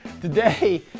today